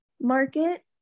market